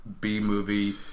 B-movie